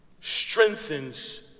strengthens